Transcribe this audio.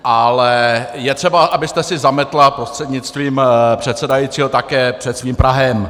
Ale je třeba, abyste si zametla prostřednictvím předsedajícího také před svým prahem.